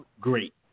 Great